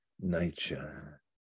nature